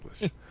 English